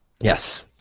Yes